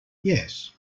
yes